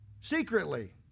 secretly